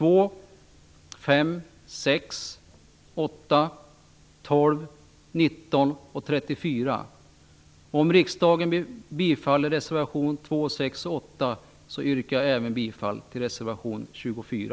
8, 12, 19 och 34. Om riksdagen bifaller reservationerna 2, 6 och 8 yrkar jag även bifall till reservation 24.